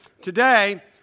today